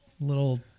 little